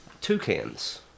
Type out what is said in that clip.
toucans